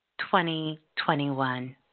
2021